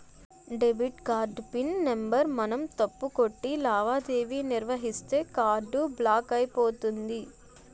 debit card PIN number మనం తప్పు కొట్టి లావాదేవీ నిర్వహిస్తే కార్డు బ్లాక్ అయిపోతుంది